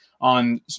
on